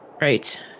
right